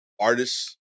Artists